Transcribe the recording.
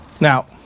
Now